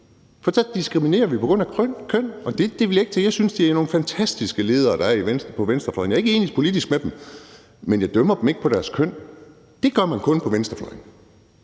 for så diskriminerer vi på baggrund af køn, og det vil jeg ikke være med til. Jeg synes, det er nogle fantastiske ledere, der er på venstrefløjen. Jeg er ikke enig med dem politisk, men jeg dømmer dem ikke ud fra deres køn; det gør man kun på venstrefløjen.